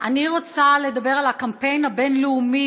אני רוצה לדבר על הקמפיין הבין-לאומי